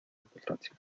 importancia